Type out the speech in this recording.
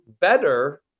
Better